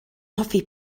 hoffi